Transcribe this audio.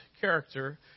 character